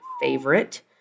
favorite